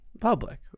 Public